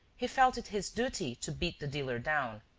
he felt it his duty to beat the dealer down.